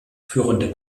führende